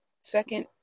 second